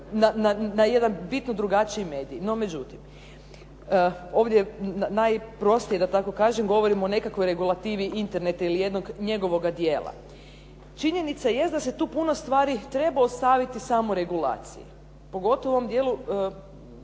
na jedan bitno drugačiji medij. No međutim, ovdje najprostije da tako kažem govorimo o nekakvoj regulativi Interneta ili jednog njegovoga dijela. Činjenica jest da se tu puno stvari treba ostaviti samoregulaciji, pogotovo u ovom dijelu,